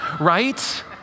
right